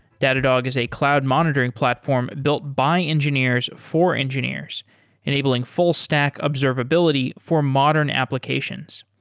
datadog is a cloud monitoring platform built by engineers for engineers enabling full stack observability for modern applications.